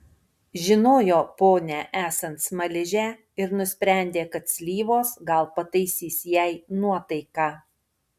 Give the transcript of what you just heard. žinojo ponią esant smaližę ir nusprendė kad slyvos gal pataisys jai nuotaiką